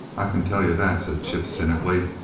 i can tell you that, said chip, cynically.